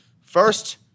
first